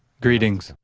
greetings!